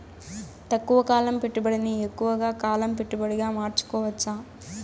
తక్కువ కాలం పెట్టుబడిని ఎక్కువగా కాలం పెట్టుబడిగా మార్చుకోవచ్చా?